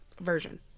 Version